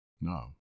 No